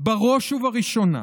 בראש ובראשונה